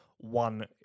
one